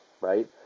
right